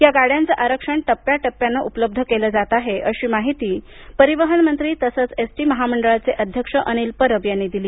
या गाड्यांचं आरक्षण टप्प्याटप्प्यानं उपलब्ध केलं जात आहे अशी माहिती परिवहन मंत्री तसंच एसटी महामंडळाचे अध्यक्ष अनिल परब यांनी दिली